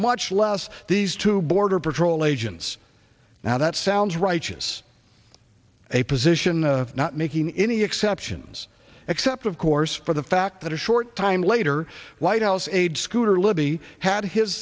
much less these two border patrol agents now that sounds right is a position not making any exceptions except of course for the fact that a short time later white house aide scooter libby had his